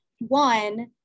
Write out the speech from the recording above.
one